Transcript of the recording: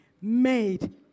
made